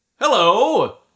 Hello